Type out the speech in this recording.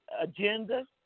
agenda